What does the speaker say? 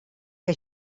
que